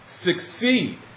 Succeed